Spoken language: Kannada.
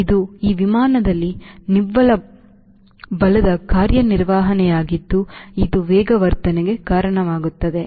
ಇದು ಈ ವಿಮಾನದಲ್ಲಿ ನಿವ್ವಳ ಬಲದ ಕಾರ್ಯನಿರ್ವಹಣೆಯಾಗಿದ್ದು ಇದು ವೇಗವರ್ಧನೆಗೆ ಕಾರಣವಾಗುತ್ತದೆ